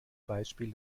beispiel